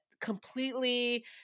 completely